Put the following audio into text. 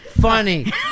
funny